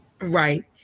Right